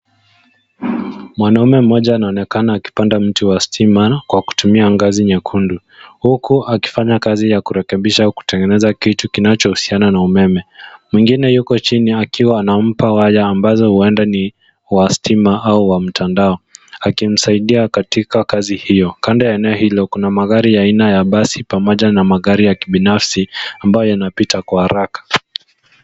Mwanaume mmoja anaonekana akipanda mti wa stima kwa kutumia ngazi nyekundu, huku akifanya kazi ya kurekebisha au kutengeneza kitu kinachohusiana na umeme. Mwingine yuko chini akiwa anampa waya ambazo uenda ni wa stima au wa mtandao, akimsaidia katika kazi hiyo. Kando ya eneo hilo, kuna magari ya aina ya basi pamoja na magari ya kibinafsi ambayo yanapita kwa haraka.